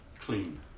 clean